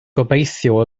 gobeithio